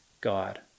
God